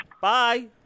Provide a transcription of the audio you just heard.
Bye